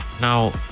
Now